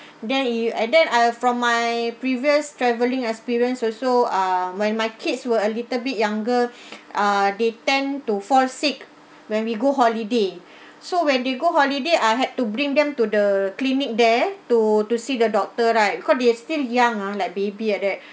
then it and then I from my previous travelling experience also uh when my kids were a little bit younger ah they tend to fall sick when we go holiday so when they go holiday I had to bring them to the clinic there to to see the doctor right because they are still young ah like baby like that